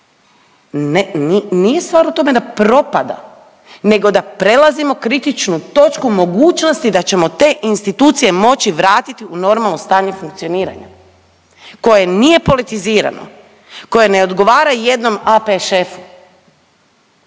nije stvar u tome da propada nego da prelazimo kritičnu točku mogućnosti da ćemo te institucije moći vratiti u normalno stanje funkcioniranja koje nije politizirano, koje ne odgovara jednom AP šefu.